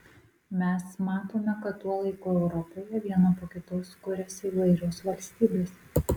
mes matome kad tuo laiku europoje viena po kitos kuriasi įvairios valstybės